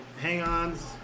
hang-ons